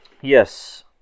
Yes